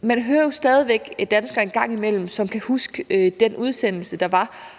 Man hører jo stadig væk en gang imellem danskere, som kan huske den udsendelse, der var